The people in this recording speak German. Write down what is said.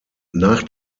nach